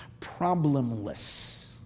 problemless